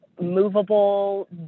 movable